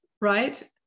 right